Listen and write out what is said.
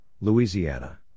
Louisiana